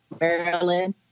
Maryland